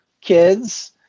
kids